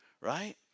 right